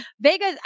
Vegas